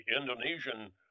Indonesian